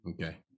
Okay